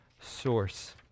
source